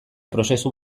prozesu